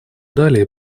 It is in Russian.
далее